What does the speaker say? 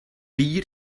bier